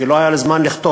כי לא היה לו זמן לכתוב.